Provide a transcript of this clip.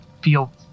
feel